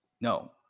No